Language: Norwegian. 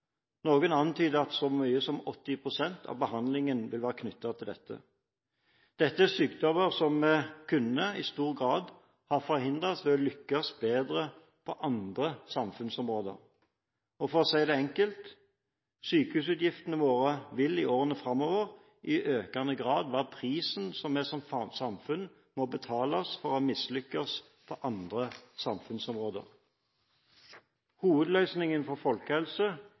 Noen antyder at så mye som 80 pst. av behandlingen vil være knyttet til dette. Dette er sykdommer som vi i stor grad kunne ha forhindret ved å lykkes bedre på andre samfunnsområder. For å si det enkelt: Sykehusutgiftene våre vil i årene framover i økende grad være prisen som vi som samfunn må betale for å ha mislyktes på andre samfunnsområder. Hovedløsningen for